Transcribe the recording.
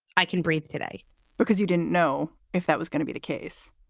i can breathe today because you didn't know if that was gonna be the case,